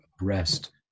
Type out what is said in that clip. rest